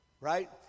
Right